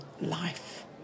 life